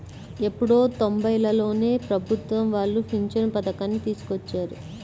ఎప్పుడో తొంబైలలోనే ప్రభుత్వం వాళ్ళు పింఛను పథకాన్ని తీసుకొచ్చారు